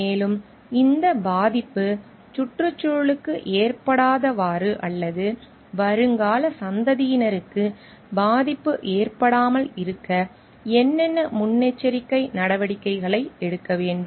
மேலும் இந்த பாதிப்பு சுற்றுச்சூழலுக்கு ஏற்படாதவாறு அல்லது வருங்கால சந்ததியினருக்கு பாதிப்பு ஏற்படாமல் இருக்க என்னென்ன முன்னெச்சரிக்கை நடவடிக்கைகளை எடுக்க வேண்டும்